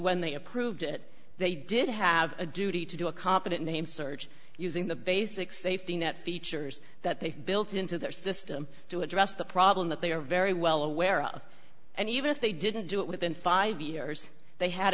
when they approved it they did have a duty to do a cop that name search using the basic safety net features that they've built into their system to address the problem that they are very well aware of and even if they didn't do it within five years they had